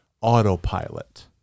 autopilot